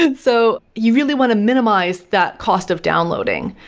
and so you really want to minimize that cost of downloading.